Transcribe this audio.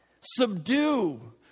Subdue